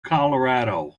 colorado